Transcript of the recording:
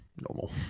Normal